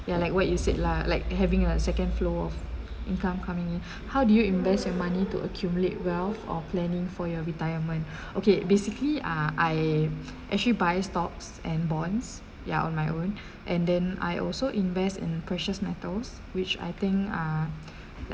ya like what you said lah like having a second flow of income coming in how do you invest your money to accumulate wealth or planning for your retirement okay basically ah I actually buys stocks and bonds ya on my own and then I also invest in precious metals which I think ah